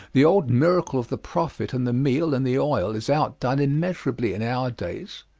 the old miracle of the prophet and the meal and the oil is outdone immeasurably in our days,